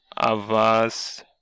avas